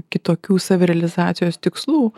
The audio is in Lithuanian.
kitokių savirealizacijos tikslų